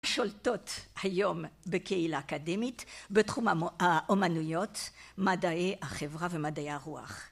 שולטות היום בקהילה האקדמית, בתחום האומנויות, מדעי החברה ומדעי הרוח.